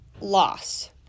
loss